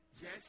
Yes